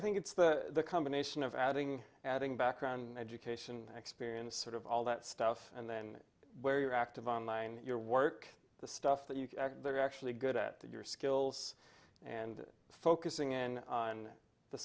think it's the combination of adding and adding background education experience sort of all that stuff and then where you're active online in your work the stuff that you are actually good at your skills and focusing in on the